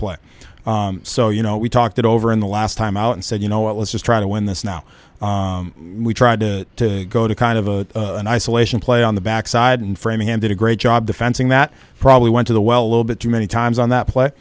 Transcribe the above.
play so you know we talked it over in the last time out and said you know what let's just try to win this now we tried to go to kind of an isolation play on the back side and framingham did a great job the fencing that probably went to the well little bit too many times on that play